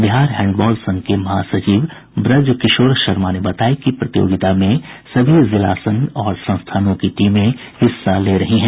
Bihar handball संघ के महासचिव ब्रजकिशोर शर्मा ने बताया कि प्रतियोगिता में सभी जिला संघ और संस्थानों की टीमें हिस्सा ले रही हैं